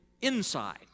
inside